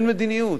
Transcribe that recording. אין מדיניות,